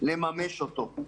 לממש אותו.